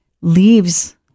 leaves